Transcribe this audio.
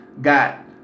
got